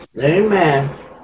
Amen